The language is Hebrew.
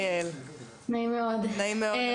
נעים מאוד,